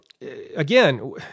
again